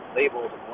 labeled